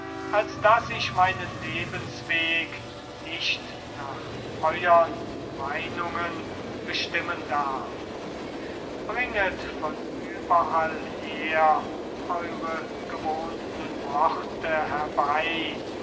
als daß ich meinen lebensweg nicht nach euern meinungen bestimmen darf bringet von überall her eure gewohnten worte herbei